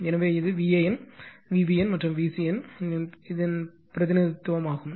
எனவே இது VAN VBN மற்றும் VCN இன் பிரதிநிதித்துவம் ஆகும்